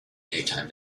daytime